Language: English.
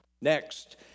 Next